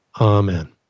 Amen